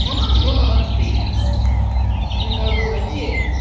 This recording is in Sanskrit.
मम अनुभवः अस्ति तमिळ्नाडुराज्ये